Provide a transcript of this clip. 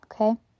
Okay